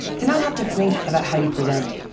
to not have to think about how you present,